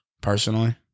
Personally